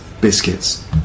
Biscuits